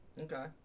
Okay